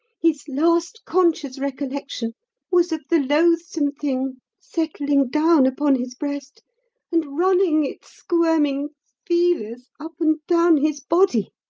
his last conscious recollection was of the loathsome thing settling down upon his breast and running its squirming feelers up and down his body.